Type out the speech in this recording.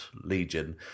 legion